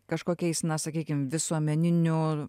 kažkokiais na sakykim visuomeniniu